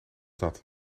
dat